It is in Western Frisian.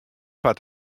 foar